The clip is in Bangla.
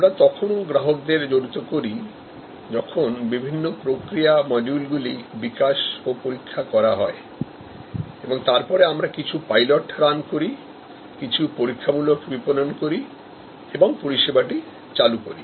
আমরা তখনো গ্রাহকদের জড়িত করি যখন বিভিন্ন প্রক্রিয়া মডিউলগুলি বিকাশ ও পরীক্ষা করা হয় এবং তারপরে আমরা কিছু পাইলট রান করি কিছু পরীক্ষামূলক বিপণন করি এবং পরিষেবাটি চালু করি